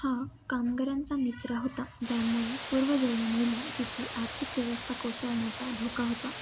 हा कामगारांचा निचरा होता ज्यामुळे पूर्व जर्मनीला तिची आर्थिक व्यवस्था कोसळण्याचा धोका होता